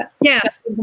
Yes